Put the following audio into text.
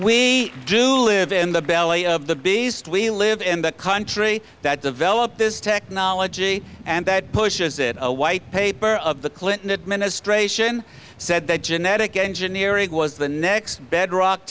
we do live in the belly of the beast we live in the country that develop this technology and that pushes it a white paper of the clinton administration said that genetic engineering was the next bedrock